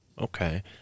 Okay